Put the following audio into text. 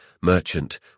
Merchant